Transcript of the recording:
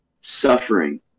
suffering